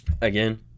Again